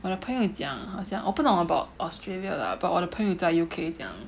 我的朋友也讲好像我不懂 about Australia lah but 我的朋友在 U_K 这样